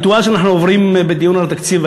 הריטואל שאנחנו עוברים בדיון על התקציב,